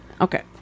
okay